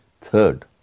Third